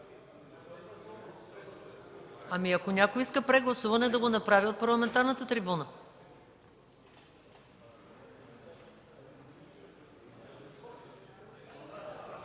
Ако някой иска прегласуване, да го направи от парламентарната трибуна.